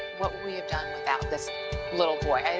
what we have done without this little boy,